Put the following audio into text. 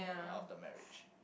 not of the marriage